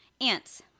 Ants